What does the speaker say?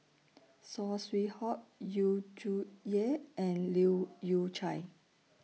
Saw Swee Hock Yu Zhuye and Leu Yew Chye